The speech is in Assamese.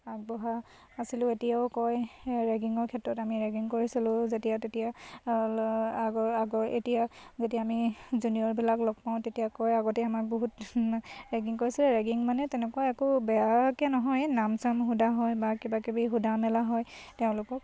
আগবঢ়া আছিলোঁ এতিয়াও কয় ৰেগিঙৰ ক্ষেত্ৰত আমি ৰেগিং কৰিছিলোঁ যেতিয়া তেতিয়া আগৰ আগৰ এতিয়া যেতিয়া আমি জুনিয়ৰবিলাক লগ পাওঁ তেতিয়া কয় আগতে আমাক বহুত ৰেগিং কৰিছিলে ৰেগিং মানে তেনেকুৱা একো বেয়াকৈ নহয় নাম চাম সুধা হয় বা কিবাকিবি সুধা মেলা হয় তেওঁলোকক